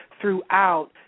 throughout